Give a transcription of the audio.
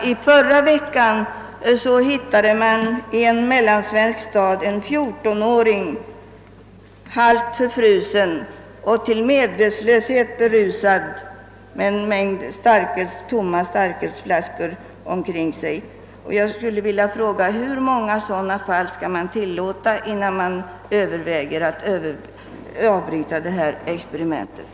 I förra veckan hittades i en mellansvensk stad en 14-åring, halvt förfrusen och till medvetslöshet berusad, med en mängd tomflaskor omkring sig. Hur många sådana fall skall man tillåta, innan man överväger att avbryta experimentet med den fria mellanölsförsäljningen?